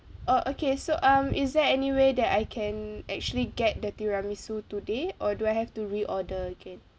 oh okay so um is there any way that I can actually get the tiramisu today or do I have to reorder again